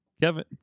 Kevin